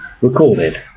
recorded